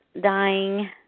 dying